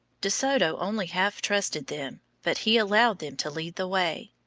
de soto only half trusted them, but he allowed them to lead the way.